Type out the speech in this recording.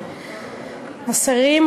השרים,